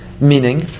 Meaning